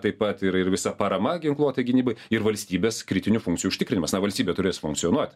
taip pat ir ir visa parama ginkluotai gynybai ir valstybės kritinių funkcijų užtikrinimas na valstybė turės funkcionuot